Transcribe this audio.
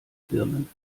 birnen